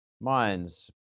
minds